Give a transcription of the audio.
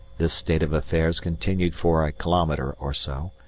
this state of affairs continued for a kilometre or so,